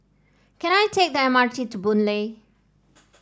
can I take the M R T to Boon Lay